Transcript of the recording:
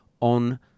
on